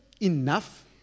enough